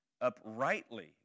uprightly